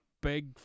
big